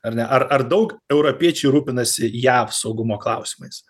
ar ne ar ar daug europiečių rūpinasi jav saugumo klausimais